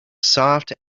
soft